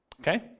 Okay